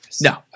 No